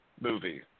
movie